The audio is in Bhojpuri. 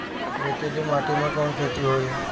रेतीली माटी में कवन खेती होई?